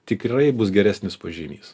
tikrai bus geresnis pažymys